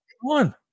one